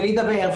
ולהידבר,